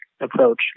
approach